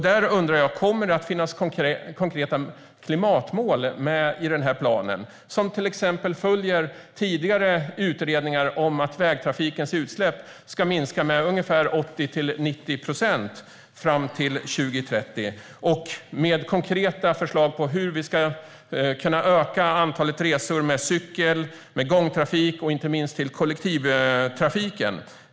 Där undrar jag: Kommer det att finnas konkreta klimatmål i planen som till exempel följer tidigare utredningar om att vägtrafikens utsläpp ska minska med ungefär 80-90 procent fram till 2030, med konkreta förslag till hur vi ska kunna öka antalet resor med cykel, gångtrafik och inte minst kollektivtrafik?